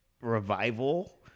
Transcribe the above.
revival